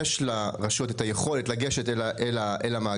יש לרשויות את היכולת לגשת אל המאגר.